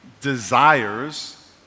desires